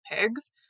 pigs